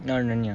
nar~ narnia